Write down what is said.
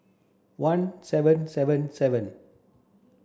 one seven seven seven